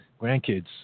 grandkids